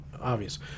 obvious